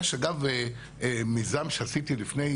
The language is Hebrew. יש מיזם שעשיתי לפני